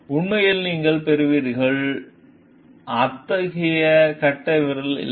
உண்மையில் நீங்கள் பெறுவீர்கள் உள்ளது அத்தகைய கட்டைவிரல் இல்லை